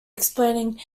explaining